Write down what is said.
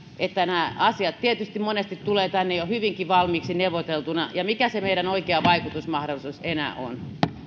että nämä asiat tietysti monesti tulevat tänne jo hyvinkin valmiiksi neuvoteltuina ja mikä se meidän oikea vaikutusmahdollisuus enää on